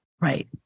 Right